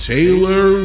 Taylor